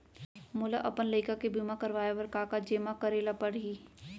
मोला अपन लइका के बीमा करवाए बर का का जेमा करे ल परही?